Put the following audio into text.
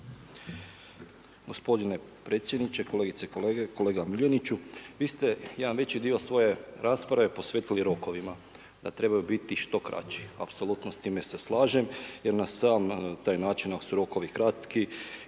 Gospodine predsjedniče, kolegice i kolege. Kolega Miljeniću, vi ste jedan veći dio svoje rasprave posvetili rokovima da trebaju biti što kraći, apsolutno s time se slažem jer na sam taj način ako su rokovi kratki